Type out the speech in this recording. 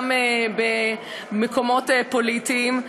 גם במקומות פוליטיים.